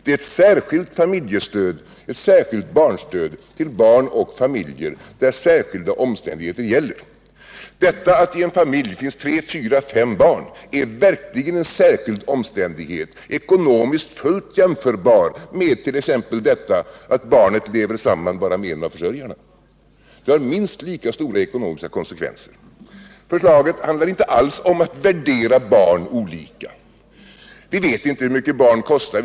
De är ett särskilt familjestöd till barn och familjer för vilka särskilda omständigheter gäller. Att det i en familj finns tre, fyra eller fem barn är verkligen en särskild omständighet, ekonomiskt fullt jämförbar med t.ex. att barnet lever samman med bara en av föräldrarna. Det har minst lika stora ekonomiska konsekvenser. Förslaget handlar inte alls om att värdera barn olika. Vi vet inte hur mycket barn kostar.